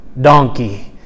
donkey